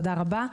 תודה רבה.